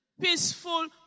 peaceful